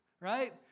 right